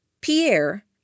Pierre